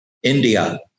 India